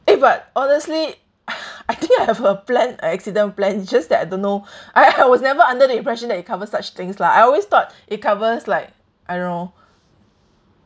eh but honestly I think I have a plan uh accident plan just that I don't know I I was never under the impression that it cover such things lah I always thought it covers like I don't know